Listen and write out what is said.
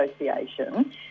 Association